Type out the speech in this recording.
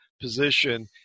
position